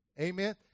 Amen